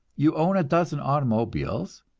you own a dozen automobiles,